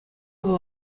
вӑл